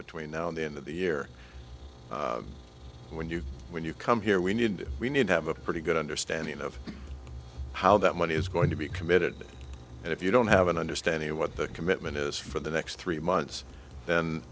between now and the end of the year when you when you come here we need we need to have a pretty good understanding of how that money is going to be committed and if you don't have an understanding of what the commitment is for the next three months then